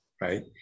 right